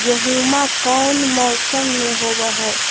गेहूमा कौन मौसम में होब है?